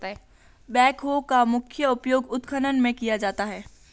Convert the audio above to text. backhoe का मुख्य उपयोग उत्खनन में किया जाता है